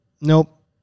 Nope